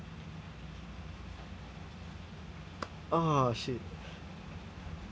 oh shit